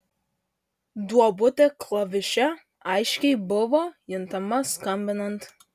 duobutė klaviše aiškiai buvo juntama skambinant